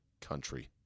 country